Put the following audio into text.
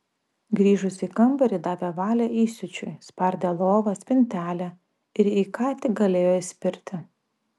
grįžusi į kambarį davė valią įsiūčiui spardė lovą spintelę ir į ką tik galėjo įspirti